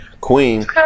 Queen